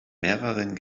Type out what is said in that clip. mehreren